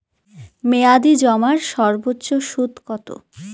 মেয়াদি জমার সর্বোচ্চ সুদ কতো?